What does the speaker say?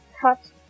Cut